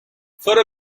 for